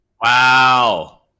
wow